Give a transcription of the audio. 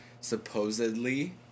supposedly